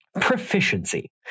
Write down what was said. Proficiency